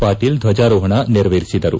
ಪಾಟೀಲ ಧ್ವಜಾರೋಹಣ ನೆರವೇರಿಸಿದರು